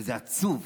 וזה עצוב.